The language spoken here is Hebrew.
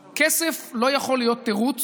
כסף לא יכול להיות תירוץ